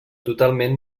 totalment